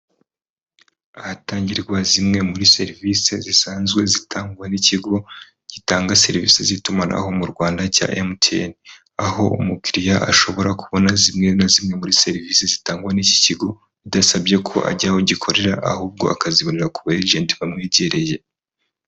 Hatangirwa zimwe muri serivisi zisanzwe zitangwa n'ikigo gitanga serivisi z'itumanaho mu Rwanda cya MTN, aho umukiriya ashobora kubona zimwe na zimwe muri serivisi zitangwa n'iki kigo bidasabye ko ajya aho gikorera ahubwo akazibonera ku ba egenti bamwegereye.